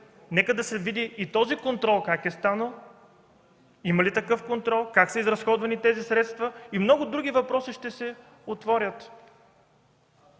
Нека да се види и този контрол как е станал, има ли такъв контрол, как са изразходвани тези средства, и много други въпроси ще се отворят.